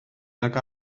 nag